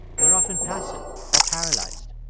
we're often passive or paralyzed.